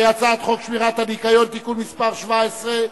הצעת חוק שמירת הניקיון (תיקון מס' 17),